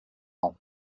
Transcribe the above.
ans